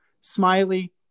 Smiley